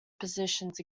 positions